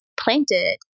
planted